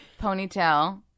ponytail